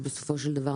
בסופו של דבר,